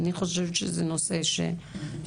אני חושבת שזה נושא שהוא,